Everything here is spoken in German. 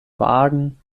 wagen